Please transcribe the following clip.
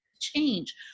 Change